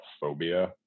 phobia